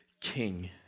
king